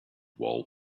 wall